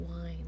wine